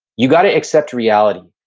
you gotta accept reality,